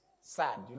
sad